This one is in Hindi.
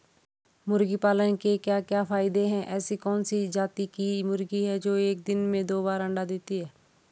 मुर्गी पालन के क्या क्या फायदे हैं ऐसी कौन सी जाती की मुर्गी है जो एक दिन में दो बार अंडा देती है?